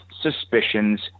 suspicions